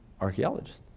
archaeologist